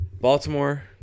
Baltimore